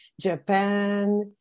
Japan